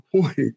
point